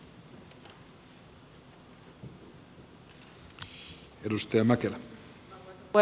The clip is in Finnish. arvoisa puhemies